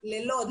ללוד,